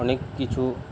অনেক কিছু